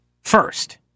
first